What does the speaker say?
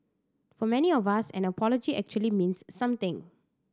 for many of us an apology actually means something